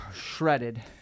shredded